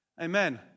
Amen